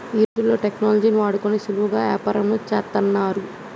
ఈ రోజుల్లో టెక్నాలజీని వాడుకొని సులువుగా యాపారంను చేత్తన్నారు